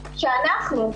שאנחנו,